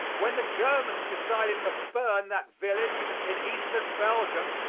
when the germans decided to burn that village in eastern belgium,